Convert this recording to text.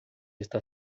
está